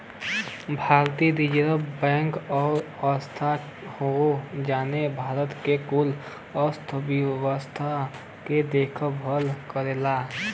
भारतीय Reserve Bank उ संस्था हौ जौन भारत के कुल अर्थव्यवस्था के देखभाल करला